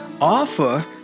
offer